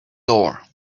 door